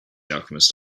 alchemist